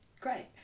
Great